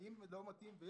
אם לא מתאים,